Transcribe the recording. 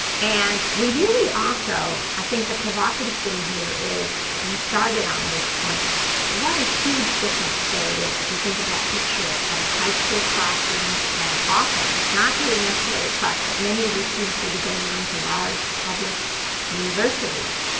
and we really also, i think the provocative thing here is and we started on this point what a huge difference there is if you think of that picture of a high school classroom and often, not here necessarily at clark but many of your students will be going on to large, public universities,